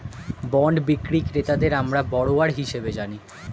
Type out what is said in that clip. bond বিক্রি ক্রেতাদের আমরা বরোয়ার হিসেবে জানি